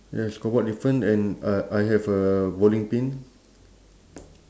ya score board different and uh I have a bowling pin